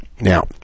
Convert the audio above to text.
Now